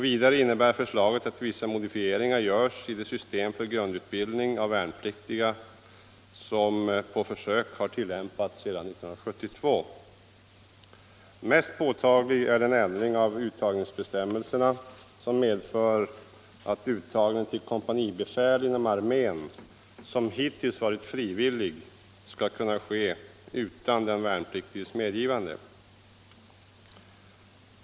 Vidare innebär förslaget att vissa modifieringar görs i det system för grundutbildning av värnpliktiga som på försök har tillämpats sedan 1972. Mest påtaglig är den ändring av uttagningsbestämmelserna som medför att uttagning till kompanibefäl inom armén, som hittills varit frivillig, skall kunna ske utan den värnpliktiges medgivande.